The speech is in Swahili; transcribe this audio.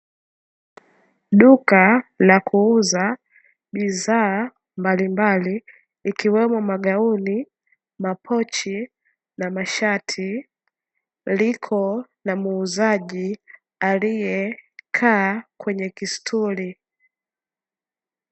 Duka la kuuza bidhaa mbalimbali ikiwemo magauni, mapochi na mashati, liko na muuzaji aliyekaa kwenye kisturi.